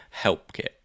HelpKit